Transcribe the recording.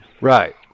right